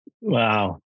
Wow